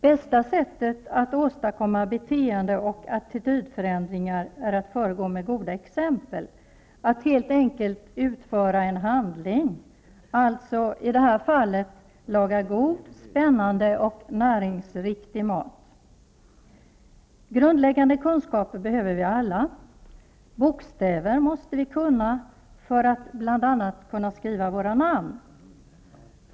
Bästa sättet att åstadkomma beteende och attitydförändringar är att föregå med goda exempel, att helt enkelt utföra en handling, i det här fallet att laga god, spännande och näringsriktig mat. Grundläggande kunskaper behöver vi alla. Bokstäver måste vi kunna för att bl.a. kunna skriva våra namn.